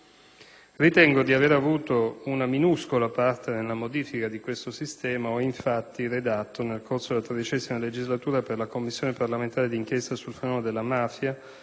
Ritengo di aver avuto una minuscola parte nella modifica di questo sistema: ho infatti redatto nel corso della XIII legislatura, per la Commissione parlamentare d'inchiesta sul fenomeno della mafia,